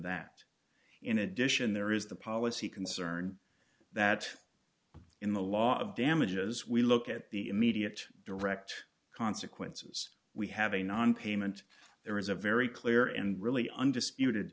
that in addition there is the policy concern that in the law of damages we look at the immediate direct consequences we have a non payment there is a very clear and really undisputed